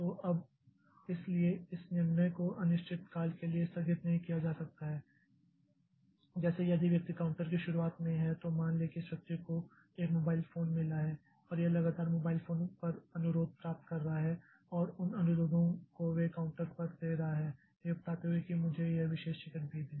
तो अब इसलिए इस निर्णय को अनिश्चित काल के लिए स्थगित नहीं किया जा सकता है जैसे यदि व्यक्ति काउंटर की शुरुआत में है तो मान लें कि इस व्यक्ति को एक मोबाइल फोन मिला है और यह लगातार मोबाइल फोन पर अनुरोध प्राप्त कर रहा है और उन अनुरोधों को वे काउंटर पर दे रहा है यह बताते हुए कि मुझे यह विशेष टिकट भी दें